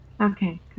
Okay